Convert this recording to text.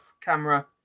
camera